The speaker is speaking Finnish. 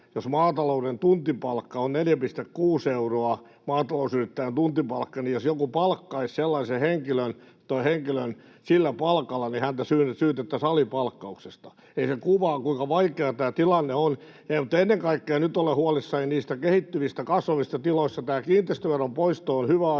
maatalousyrittäjän tuntipalkka on ollut 4,6 euroa, ja jos joku palkkaisi henkilön sillä palkalla, niin häntä syytettäisiin alipalkkauksesta. Se kuvaa, kuinka vaikea tämä tilanne on. Ennen kaikkea nyt olen huolissani kehittyvistä ja kasvavista tiloista. Tämä kiinteistöveron poisto on hyvä asia